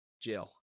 Jill